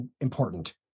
important